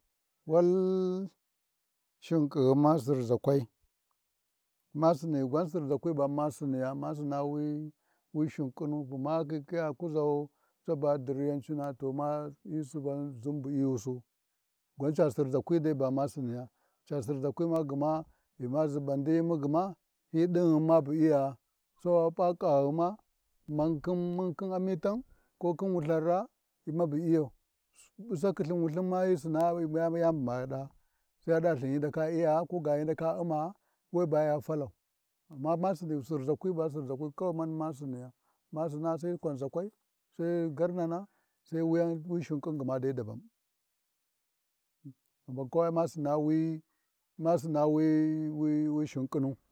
Wal shunƙighima Sirʒakwai, masini gwan Sirʒakwi ɓana siniya, ma Sinaa wi wi shinkinu, gma bu makhikhiua kuzau taba diryancina toma hyi suban ʒuum bu lyusu, gwan ca Sirʒakwi ma gma ghima ʒibandina gma hyi ɗinghui bu lyaa, Sai wa p’a kaghima mun, mun khin amitan ko khin Wulthan raa, hi mabu Lyau, ɓusa khi Lthin Wulthin ma hyi Sinaa ma yari bu ma ɗaa, sai ya ɗa va Lthin hyi ndaka iyaa ko ga hyi ndaka U’mma, we ba ya falau, amma wa Sini siʒakwi kawa mani ma siniya ma sinaa, Sai kwanʒakwai Sai garnana Sai gma wuyan wi shinkhin gma dabban bankwa we ma sinaa, ma Sinaa wi-wi wa shinƙinu.